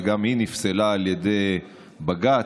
שגם היא נפסלה על ידי בג"ץ,